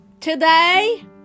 Today